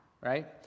right